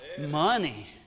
money